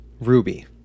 ruby